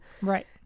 Right